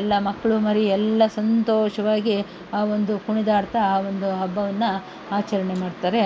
ಎಲ್ಲ ಮಕ್ಳು ಮರಿ ಎಲ್ಲ ಸಂತೋಷವಾಗಿ ಆ ಒಂದು ಕುಣಿದಾಡ್ತಾ ಆ ಒಂದು ಹಬ್ಬವನ್ನು ಆಚರಣೆ ಮಾಡ್ತಾರೆ